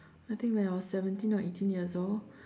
I think when I was seventeen or eighteen years old